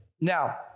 Now